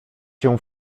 się